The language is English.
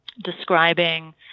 describing